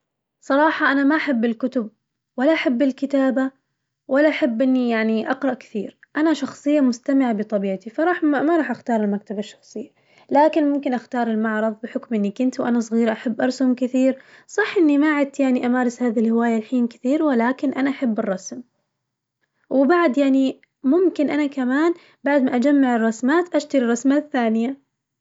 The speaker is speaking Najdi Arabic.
صراحة أنا ما أحب الكتب، ولا أحب الكتابة ولا أحب إني يعني أقرأ كثير، أنا شخصية مستمعة بطبيعتي فراح ما أراح أختار المكتبة الشخصية، لكن ممكن أختار المعرض بحكم إني كنت وأنا صغيرة أحب أرسم كثير، صح إني ما عدت يعني أمارس هذي الهواية الحين كثير ولكن أنا أحب الرسم، وبعد يعني ممكن أنا كمان بعد ما أجمع الرسمات أشتري رسمات ثانية.